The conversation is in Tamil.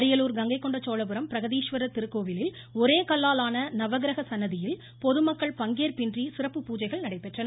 அரியலூர் கங்கை கொண்ட சோழபுரம் பிரகதீஸ்வரர் திருக்கோவிலில் ஒரே கல்லால் ஆன நவக்கிரக சன்னதியில் பொதுமக்கள் பங்கேற்பின்றி சிறப்பு பூஜைகள் நடைபெற்றன